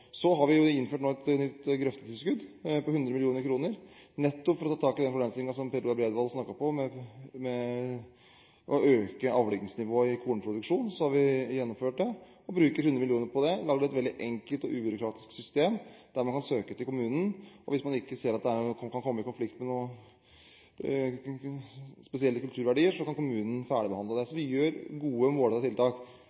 Så har vi innført et nytt grøftetilskudd på 100 mill. kr, nettopp for å ta tak i den problemstillingen som Per Roar Bredvold snakket om med hensyn til å øke avlingsnivået i kornproduksjonen. Vi har gjennomført det, bruker 100 mill. kr på det, og har laget et veldig enkelt og ubyråkratisk system der man kan søke til kommunen. Hvis man ikke ser at det kan komme i konflikt med spesielle kulturverdier, kan kommunen ferdigbehandle det. Så